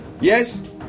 Yes